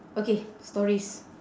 okay stories